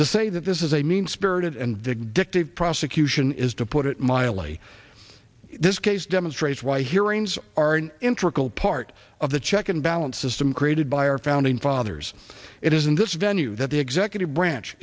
to say that this is a mean spirited and vic dictate prosecution is to put it mildly this case demonstrates why hearings are an intricate part of the check and balance system created by our founding fathers it is in this venue that the executive branch